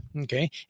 Okay